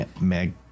Meg